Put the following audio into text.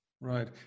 Right